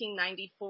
1994